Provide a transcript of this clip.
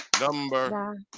Number